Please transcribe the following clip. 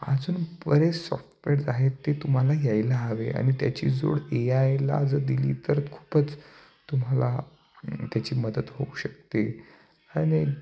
अजून बरे सॉफ्टवेअर्ज आहेत ते तुम्हाला यायला हवे आणि त्याची जोड ए आयला जर दिली तर खूपच तुम्हाला त्याची मदत होऊ शकते आणि